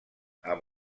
amb